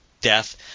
death